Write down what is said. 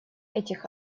этих